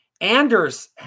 Anders